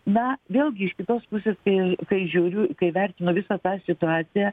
na vėlgi iš kitos pusės tai tai žiūriu kaip vertinu visą tą situaciją